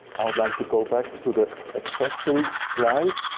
i would like to go back to the accessory slide.